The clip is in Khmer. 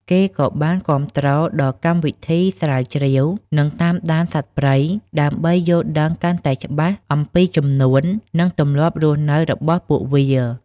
គេក៏បានគាំទ្រដល់កម្មវិធី ស្រាវជ្រាវ និងតាមដានសត្វព្រៃ ដើម្បីយល់ដឹងកាន់តែច្បាស់អំពីចំនួន និងទម្លាប់រស់នៅរបស់ពួកវា។